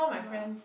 ya